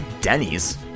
denny's